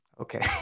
Okay